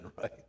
right